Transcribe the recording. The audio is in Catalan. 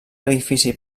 edifici